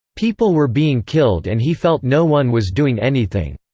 people were being killed and he felt no one was doing anything.